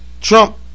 Trump